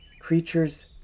creatures